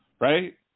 right